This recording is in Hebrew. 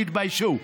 תתביישו.